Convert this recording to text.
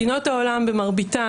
מדינות העולם במרביתן,